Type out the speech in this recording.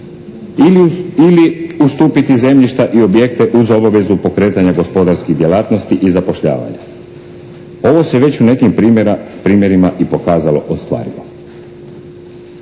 ili ustupiti zemljišta i objekte uz obavezu pokretanja gospodarskih djelatnosti i zapošljavanja. Ovo se već u nekim primjerima i pokazalo ostvarivo,